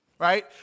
Right